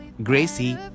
Gracie